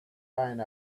find